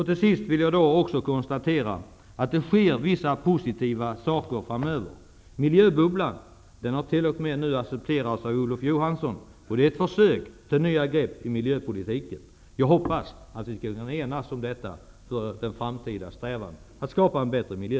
Till sist vill jag nämna att vi kommer att få se vissa positiva saker framöver. Miljöbubblan, som t.o.m. har accepterats av Olof Johansson, är ett försök till nya grepp i miljöpolitiken. Jag hoppas att vi skall kunna enas i vår framtida strävan att skapa en bättre miljö.